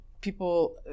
people